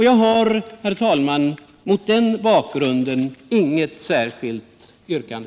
Jag har, herr talman, mot den bakgrunden inget särskilt yrkande.